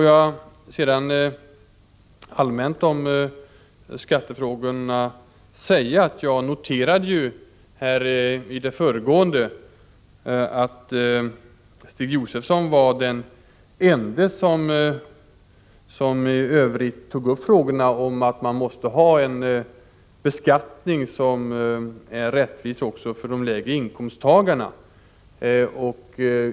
Jag noterade redan i mitt föregående anförande att Stig Josefson var den ende som tog upp frågan om att vi måste ha en beskattning som är rättvis också för de lägre inkomsttagarna.